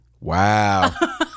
Wow